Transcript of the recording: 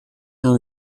and